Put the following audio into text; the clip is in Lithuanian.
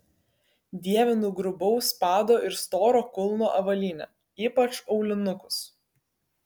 dievinu grubaus pado ir storo kulno avalynę ypač aulinukus